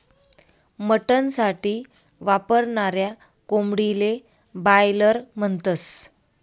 mutton साठी वापरनाऱ्या कोंबडीले बायलर म्हणतस